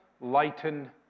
lighten